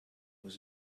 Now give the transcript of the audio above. was